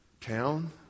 town